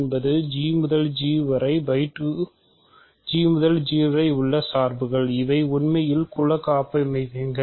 என்பது G முதல் G வரை G முதல் G வரை உள்ள சார்புகள் இவை உண்மையில் குல கப்பமைவியங்கள்